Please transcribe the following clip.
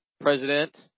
president